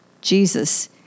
Jesus